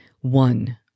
One